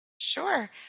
Sure